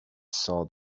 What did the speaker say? saw